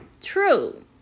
true